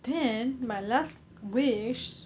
then my last wish